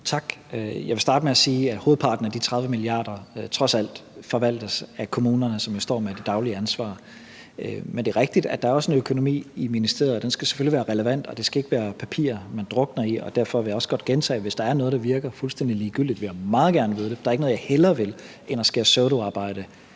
(Mattias Tesfaye): Tak. Jeg vil starte med at sige, at hovedparten af de 30 mia. kr. trods alt forvaltes af kommunerne, som jo står med det daglige ansvar. Men det er rigtigt, at der også er en økonomi i ministeriet, og den skal selvfølgelig være relevant og ikke være papir, man drukner i. Derfor vil jeg også godt gentage, at hvis der er noget, der virker fuldstændig ligegyldigt, vil jeg meget gerne vide det. Der er ikke noget, jeg hellere vil, end at skære pseudoarbejde